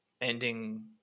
ending